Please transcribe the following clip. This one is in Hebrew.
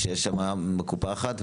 שיש שם קופה אחת,